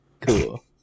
cool